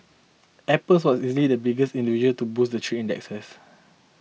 apple was easily the biggest individual to boost the three indexes